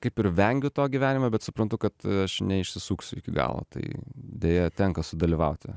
kaip ir vengiu to gyvenime bet suprantu kad aš neišsisuksiu iki galo tai deja tenka sudalyvauti